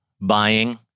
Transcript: buying